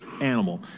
animal